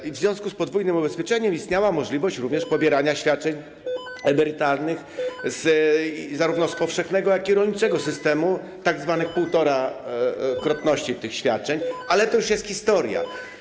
I w związku z podwójnym ubezpieczeniem istniała również możliwość pobierania świadczeń emerytalnych zarówno z powszechnego, jak i rolniczego systemu, tzw. półtorakrotności tych świadczeń, ale to już jest historia.